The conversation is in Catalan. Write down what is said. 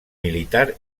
militar